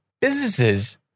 businesses